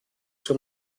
zur